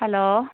hello